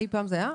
זה אי פעם היה?